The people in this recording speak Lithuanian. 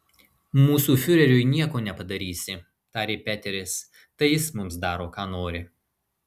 mūsų fiureriui nieko nepadarysi tarė peteris tai jis mums daro ką nori